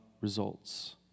results